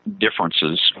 differences